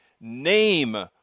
name